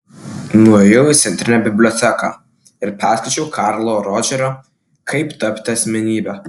nuėjau į centrinę biblioteką ir perskaičiau karlo rodžerio kaip tapti asmenybe